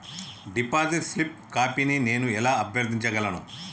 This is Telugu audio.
డిపాజిట్ స్లిప్ కాపీని నేను ఎలా అభ్యర్థించగలను?